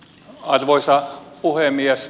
arvoisa puhemies